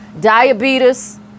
diabetes